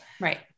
Right